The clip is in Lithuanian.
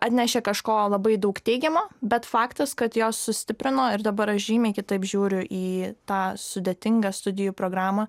atnešė kažko labai daug teigiamo bet faktas kad jos sustiprino ir dabar aš žymiai kitaip žiūriu į tą sudėtingą studijų programą